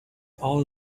all